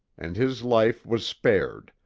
and his life was spared,